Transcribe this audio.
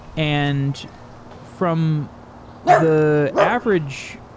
and from the average